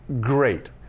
Great